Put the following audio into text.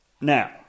Now